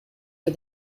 for